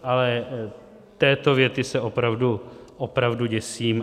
Ale této věty se opravdu, opravdu děsím.